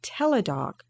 teledoc